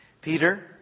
Peter